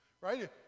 Right